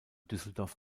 düsseldorf